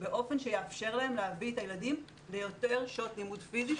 באופן שיאפשר להם להביא את הילדים ליותר שעות לימוד פיזי.